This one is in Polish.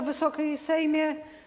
Wysoki Sejmie!